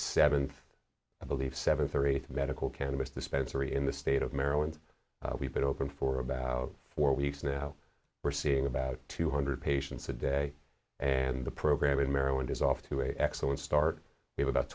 seventh i believe seventh or eighth medical cannabis dispensary in the state of maryland we've been open for about four weeks now we're seeing about two hundred patients a day and the program in maryland is off to a excellent start we've about